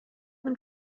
them